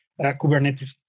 Kubernetes